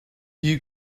you